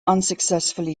unsuccessfully